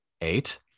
Eight